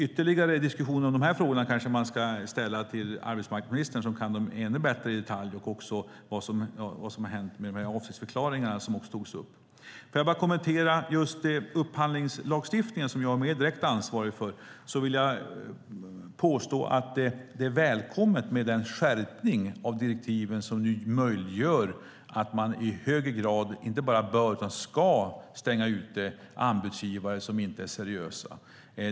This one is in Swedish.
Ytterligare diskussioner om de här frågorna ska man dock som sagt kanske rikta till arbetsmarknadsministern, som kan frågorna ännu bättre i detalj. Det gäller även vad som har hänt med avsiktsförklaringarna, som också togs upp. Får jag bara kommentera upphandlingslagstiftningen, som jag är mer direkt ansvarig för, vill jag påstå att det är välkommet med den skärpning av direktivet som nu gör att man i högre grad inte bara bör utan ska stänga ute anbudsgivare som inte är seriösa.